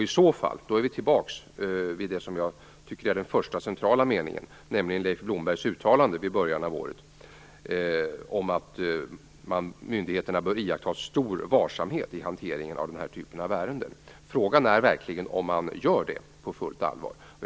I så fall är vi tillbaka vid det som jag tycker är det centrala, nämligen Leif Blombergs uttalande i början av året om att myndigheterna bör iaktta stor varsamhet i hanteringen av den här typen av ärenden. Frågan är verkligen om man gör det på fullt allvar.